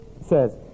says